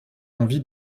envie